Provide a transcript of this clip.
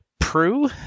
Prue